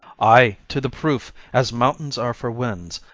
ay, to the proof, as mountains are for winds,